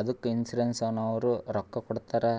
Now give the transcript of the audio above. ಅದ್ದುಕ ಇನ್ಸೂರೆನ್ಸನವ್ರು ರೊಕ್ಕಾ ಕೊಡ್ತಾರ್